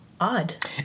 odd